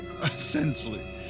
essentially